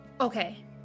Okay